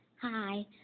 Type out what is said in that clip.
Hi